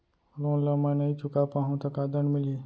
Loan ला मैं नही चुका पाहव त का दण्ड मिलही?